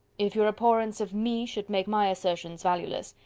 if your abhorrence of me should make my assertions valueless,